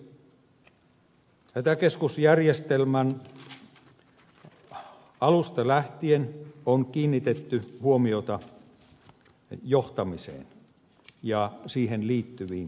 hätäkeskusjärjestelmän alusta lähtien on kiinnitetty huomiota johtamiseen ja siihen liittyviin kehittämistarpeisiin